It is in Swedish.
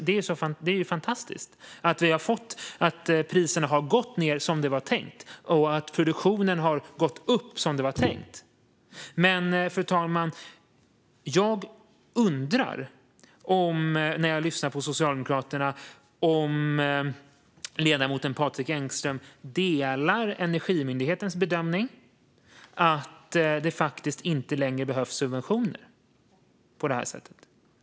Det är ju fantastiskt att priserna har gått ned som det var tänkt och att produktionen har gått upp som det var tänkt. Men, fru talman, när jag lyssnar på Socialdemokraterna undrar jag om ledamoten Patrik Engström håller med om Energimyndighetens bedömning att det inte längre behövs subventioner på det här sättet.